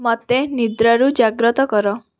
ମୋତେ ନିଦ୍ରାରୁ ଜାଗ୍ରତ କର